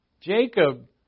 jacob